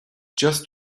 just